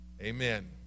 Amen